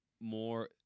more